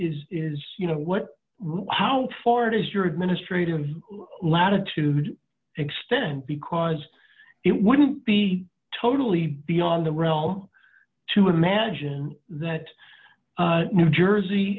is is you know what wow ford is your administrative latitude extent because it wouldn't be totally beyond the realm to imagine that new jersey